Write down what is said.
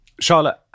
Charlotte